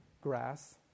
grass